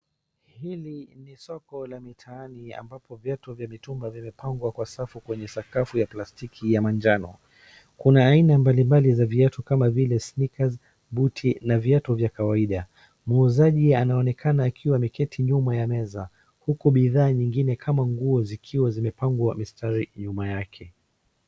Hili ni soko la mitaani, ambapo viatu vya mitumba vimepangwa kwa safu kwenye sakafu ya plastiki ya manjano. Kuna aina mbalimbali za viatu kama vile : sneakers , buti na viatu vya kawaida. Muuzaji anaonekana akiwa ameketi nyuma ya meza huku bidhaa nyingine kama nguo zikiwa zimepangwa mstari nyuma yake.